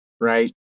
right